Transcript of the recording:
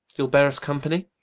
youle beare vs company?